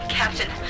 Captain